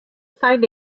find